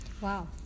Wow